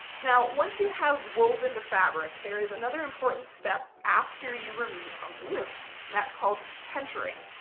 now once you have woven the fabric, there is another important step after you remove it from the loom and that's called tentering.